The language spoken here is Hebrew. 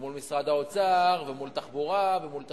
מול משרד האוצר, מול תחבורה ומול תשתיות,